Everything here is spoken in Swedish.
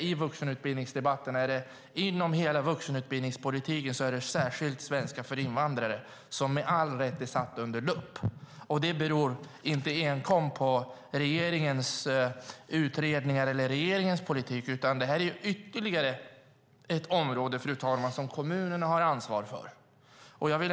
I vuxenutbildningsdebatterna brukar vi säga att det inom hela vuxenutbildningspolitiken särskilt är svenska för invandrare som med all rätt är satt under lupp. Det beror inte enbart på regeringens utredningar eller regeringens politik, utan detta är ytterligare ett område som kommunerna har ansvar för, fru talman.